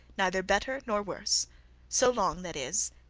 neither better nor worse so long, that is,